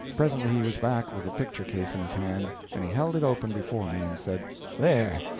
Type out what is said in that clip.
presently he was back, with the picture case in his hand, and he held it open before me and said there,